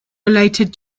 related